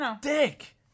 dick